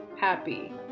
happy